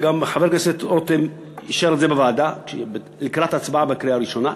וגם חבר הכנסת רותם אישר את זה בוועדה לקראת ההצבעה בקריאה הראשונה,